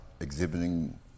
exhibiting